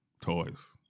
Toys